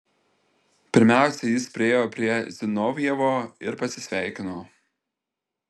pirmiausia jis priėjo prie zinovjevo ir pasisveikino